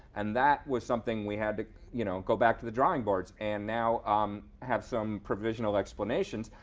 and that was something we had to you know go back to the drawing boards and now um have some provisional explanations.